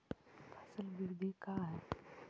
फसल वृद्धि का है?